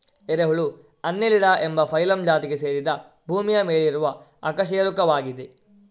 ಎರೆಹುಳು ಅನ್ನೆಲಿಡಾ ಎಂಬ ಫೈಲಮ್ ಜಾತಿಗೆ ಸೇರಿದ ಭೂಮಿಯ ಮೇಲಿರುವ ಅಕಶೇರುಕವಾಗಿದೆ